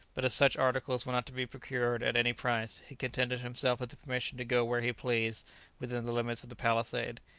but as such articles were not to be procured at any price, he contented himself with the permission to go where he pleased within the limits of the palisade.